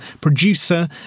producer